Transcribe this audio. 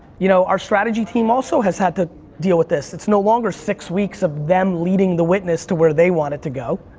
you know our strategy team also has had to deal with this, it's no longer six weeks of them leading the witness to where they want it to go,